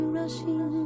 rushing